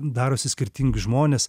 darosi skirtingi žmonės